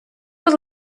будь